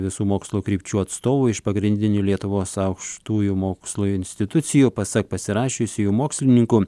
visų mokslo krypčių atstovų iš pagrindinių lietuvos aukštųjų mokslo institucijų pasak pasirašiusiųjų mokslininkų